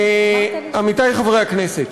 עמיתי חברי הכנסת,